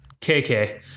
KK